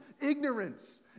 ignorance